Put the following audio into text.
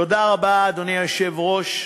תודה רבה, אדוני היושב-ראש.